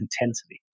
intensity